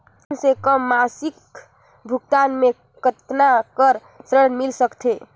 कम से कम मासिक भुगतान मे कतना कर ऋण मिल सकथे?